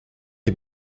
est